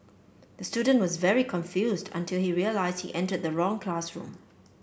the student was very confused until he realised he entered the wrong classroom